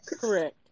Correct